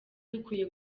dukwiye